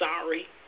sorry